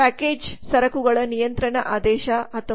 package ಸರಕುಗಳ ನಿಯಂತ್ರಣ ಆದೇಶ 1975